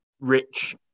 rich